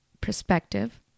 perspective